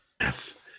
Yes